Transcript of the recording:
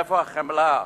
איפה החמלה?